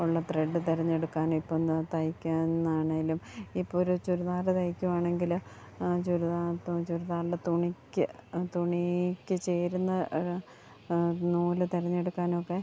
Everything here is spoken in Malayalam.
ഉള്ള ത്രെഡ് തിരഞ്ഞെടുക്കാനും ഇപ്പോൾ ഒന്ന് തയ്ക്കുക എന്നാണെങ്കിലും ഇപ്പോഴൊരു ചുരിദാർ തയ്ക്കുകയാണെങ്കിൽ ചുരിദാർ ചുരിദാറിൻ്റെ തുണിക്ക് തുണിക്ക് ചേരുന്ന നൂല് തിരഞ്ഞെടുക്കാനൊക്കെ